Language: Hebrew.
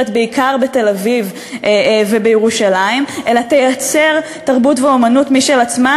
בעיקר בתל-אביב ובירושלים אלא תייצר תרבות ואמנות משל עצמה,